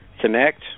connect